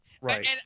Right